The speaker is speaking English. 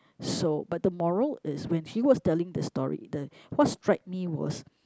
so but the moral is when he was telling the story the what strike me was